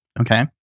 Okay